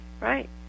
right